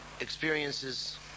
experiences